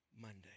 Monday